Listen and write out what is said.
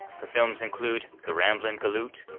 her films include the ramblin galoot,